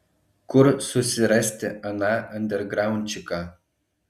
kur susirasti aną andergraundčiką